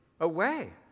away